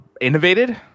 innovated